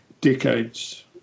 decades